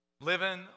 living